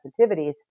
sensitivities